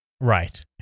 Right